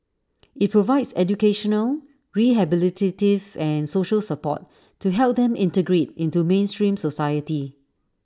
IT provides educational rehabilitative and social support to help them integrate into mainstream society